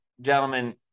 gentlemen